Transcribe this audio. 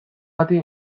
bati